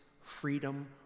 freedom